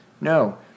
No